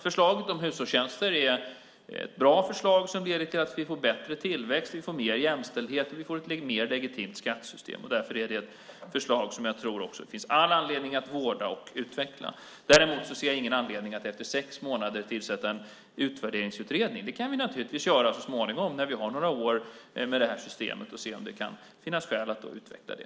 Förslaget om hushållstjänster är ett bra förslag, som leder till att vi får bättre tillväxt, att vi får mer jämställdhet och att vi får ett mer legitimt skattesystem. Därför är det ett förslag som jag tror att det finns all anledning att vårda och utveckla. Däremot ser jag ingen anledning att efter sex månader tillsätta en utvärderingsutredning. Det kan vi naturligtvis göra så småningom, när vi har några år med systemet, och se om det då finns skäl att utveckla det.